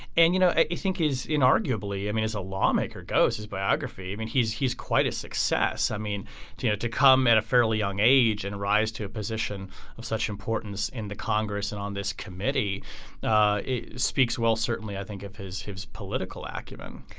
and you know you think he's in arguably i mean as a lawmaker goes his biography i mean he's he's quite a success. i mean you know to come at a fairly young age and rise to a position of such importance in the congress and on this committee it speaks well certainly i think of his his political acumen.